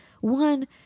One